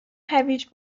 هویج